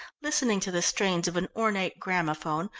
listening to the strains of an ornate gramophone,